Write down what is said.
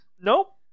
Nope